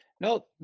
no